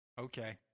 Okay